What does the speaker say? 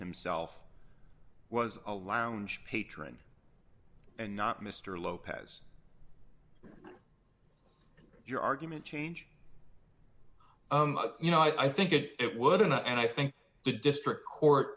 himself was a lounge patron and not mr lopez your argument change you know i think it would in a and i think the district court